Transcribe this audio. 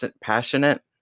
passionate